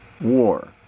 war